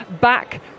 back